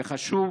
וחשוב